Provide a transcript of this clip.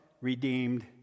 redeemed